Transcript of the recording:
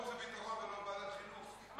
למה חוץ וביטחון ולא ועדת חינוך?